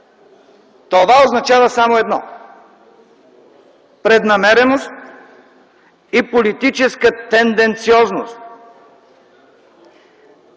Това означава само едно – преднамереност и политическа тенденциозност.